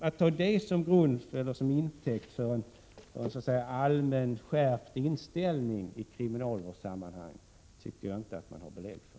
Att ta detta som intäkt för en allmänt skärpt inställning i kriminalvårdssammanhang tycker jag inte att det finns fog för.